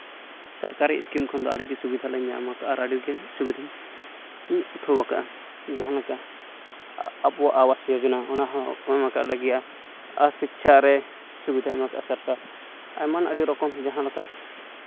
ᱥᱚᱨᱠᱟᱨᱤ ᱥᱠᱤᱢ ᱠᱷᱚᱱ ᱫᱚ ᱟᱹᱰᱤᱜᱮ ᱥᱩᱵᱤᱫᱷᱟᱞᱮ ᱧᱟᱢ ᱠᱟᱜᱼᱟ ᱟᱨ ᱟᱹᱰᱤᱜᱮ ᱥᱩᱵᱤᱫᱷᱟᱧ ᱩᱴᱷᱟᱹᱣ ᱠᱟᱜᱼᱟ ᱡᱟᱦᱟᱸ ᱞᱮᱠᱟ ᱟᱵᱚᱣᱟᱜ ᱟᱵᱟᱥ ᱡᱳᱡᱚᱱᱟ ᱚᱱᱟ ᱦᱚᱸ ᱧᱟᱢ ᱟᱠᱟᱫ ᱞᱮᱜᱮᱭᱟ ᱟᱨ ᱥᱤᱪᱪᱷᱟ ᱨᱮ ᱥᱩᱵᱤᱫᱷᱟᱭ ᱮᱢᱟᱠᱟᱫᱟ ᱥᱚᱨᱠᱟᱨ ᱟᱭᱢᱟ ᱟᱹᱰᱤ ᱨᱚᱠᱚᱢ ᱡᱟᱦᱟᱸ ᱞᱮᱠᱟ